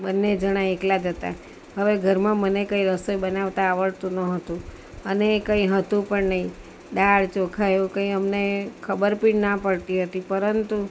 બંને જણા એકલા જ હતા હવે ઘરમાં મને કંઈ રસોઈ બનાવતા આવડતું ન હતું અને કંઈ હતું પણ નહીં દાળ ચોખા એવું કંઈ અમને ખબર બી ના પડતી હતી પરંતુ